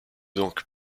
donc